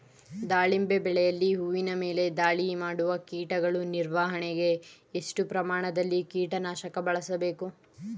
ದಾಳಿಂಬೆ ಬೆಳೆಯಲ್ಲಿ ಹೂವಿನ ಮೇಲೆ ದಾಳಿ ಮಾಡುವ ಕೀಟಗಳ ನಿರ್ವಹಣೆಗೆ, ಎಷ್ಟು ಪ್ರಮಾಣದಲ್ಲಿ ಕೀಟ ನಾಶಕ ಬಳಸಬೇಕು?